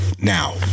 now